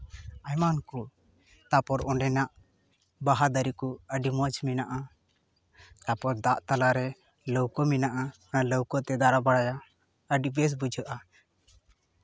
ᱮᱢᱟᱱ ᱠᱚ ᱛᱟᱨᱯᱚᱨ ᱚᱰᱮᱱᱟᱜ ᱵᱟᱦᱟ ᱫᱟᱨᱮ ᱠᱚ ᱟᱹᱰᱤ ᱢᱚᱡᱽ ᱢᱮᱱᱟᱜᱼᱟ ᱛᱟᱨᱯᱚᱨ ᱫᱟᱜ ᱛᱟᱞᱟᱨᱮ ᱞᱟᱹᱣᱠᱟᱹ ᱢᱮᱱᱟᱜᱼᱟ ᱟᱨ ᱞᱟᱹᱣᱠᱟᱹ ᱛᱮ ᱫᱟᱬᱟ ᱵᱟᱲᱟᱭᱟ ᱟᱹᱰᱤ ᱵᱮᱥ ᱵᱩᱡᱷᱟᱹᱜᱼᱟ